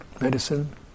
medicine